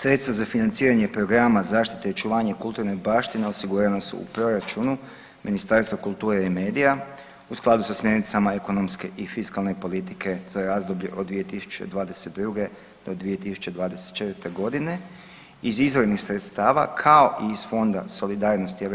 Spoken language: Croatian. Sredstva za financiranje programa zaštite i očuvanje kulturne baštine osigurana su u proračunu Ministarstva kulture i medija u skladu sa smjernicama ekonomske i fiskalne politike za razdoblje od 2022.-2024.g. iz izvornih sredstava kao i iz Fonda solidarnosti EU,